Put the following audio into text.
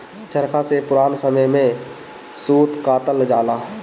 चरखा से पुरान समय में सूत कातल जाला